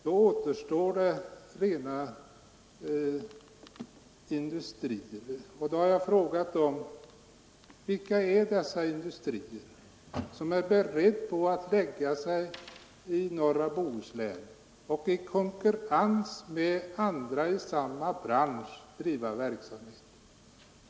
Då återstår de rena industrierna. Jag har frågat vilka dessa industrier är som är beredda att placera sig i norra Bohuslän och i konkurrens med andra företag i samma bransch driva verksamhet.